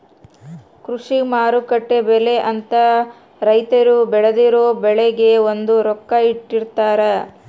ಕೃಷಿ ಮಾರುಕಟ್ಟೆ ಬೆಲೆ ಅಂತ ರೈತರು ಬೆಳ್ದಿರೊ ಬೆಳೆಗೆ ಒಂದು ರೊಕ್ಕ ಇಟ್ಟಿರ್ತಾರ